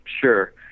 Sure